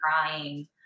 crying